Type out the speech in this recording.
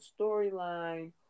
storyline